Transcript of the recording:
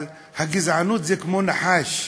אבל הגזענות היא כמו נחש,